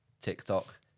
TikTok